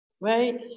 Right